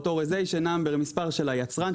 המספר של היצרן,